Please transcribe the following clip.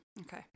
Okay